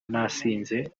nasinze